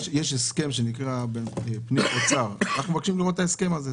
יש הסכם שנקרא --- אנחנו מבקשים לראות את ההסכם הזה,